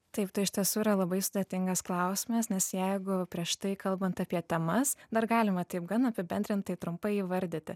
taip tai iš tiesų yra labai sudėtingas klausimas nes jeigu prieš tai kalbant apie temas dar galima taip gan apibendrintai trumpai įvardyti